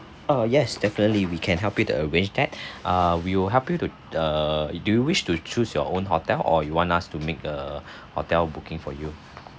uh yes definitely we can help you to arrange that ah we will help you to err do you wish to choose your own hotel or you want us to make a hotel booking for you